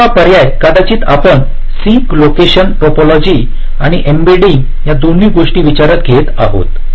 दुसरा पर्याय कदाचित आपण सिंक लोकेशन टोपोलॉजी आणि एम्बेडिंग या दोन्ही गोष्टी विचारात घेत आहोत